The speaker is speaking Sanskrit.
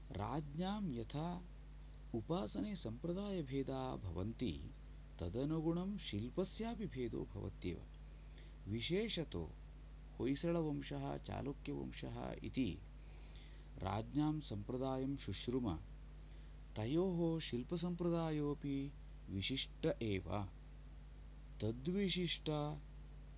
राज्ञां यथा उपासने संप्रदायभेदाः भवन्ति तदनुगुणं शिल्पस्यापि भेदो भवत्येव विशेषतो वैशलवंशः चालुक्यवंशः इति राज्ञां संप्रदायं शुश्रुम तयोः शिल्पसंप्रदायोपि विशिष्ट एव तद्विशिष्टा